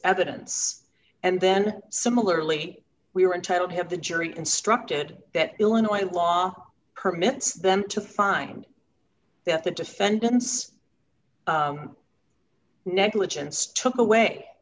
evidence and then similarly we were entitled to have the jury instructed that illinois law permits them to find that the defendant's negligence took away